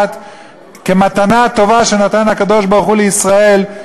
כמתנה טובה שנתן הקדוש-ברוך-הוא לישראל,